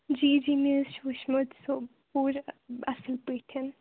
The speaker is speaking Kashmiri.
جی جی مےٚ حظ چھُ وُچھمُت سُہ پوٗرٕ اَصٕل پٲٹھۍ